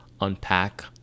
unpack